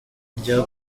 rya